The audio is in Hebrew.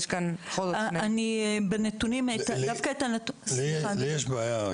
לי יש בעיה,